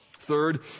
Third